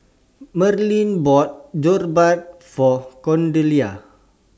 Merrill bought Jokbal For Cordelia